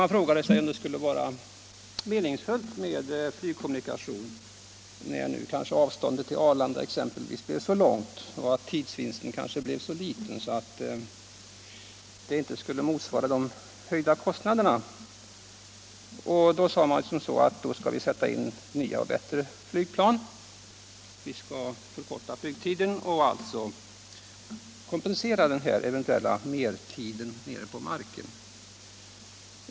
Man frågade sig där om det skulle vara meningsfullt med flygkommunikation när avståndet till Arlanda är så långt och tidsvinsten kanske blir så liten att den inte motsvarar de högre kostnaderna. Då sades det att nya och bättre flygplan skulle sättas in för att förkorta flygtiden och kompensera den eventuella mertiden nere på marken.